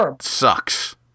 sucks